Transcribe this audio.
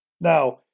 now